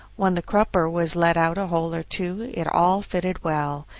when the crupper was let out a hole or two it all fitted well.